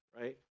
right